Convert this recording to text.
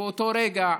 באותו רגע,